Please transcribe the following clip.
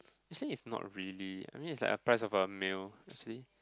actually it's not really I mean it's like a price of a male actually